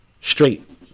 Straight